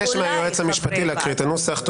אני מבקש מהיועץ המשפטי להקריא את הנוסח.